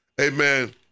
amen